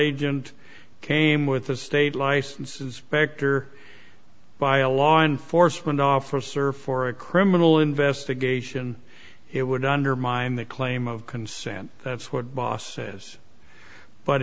agent came with a state license and specter by a law enforcement officer for a criminal investigation it would undermine the claim of consent that's what boss says but